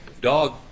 dog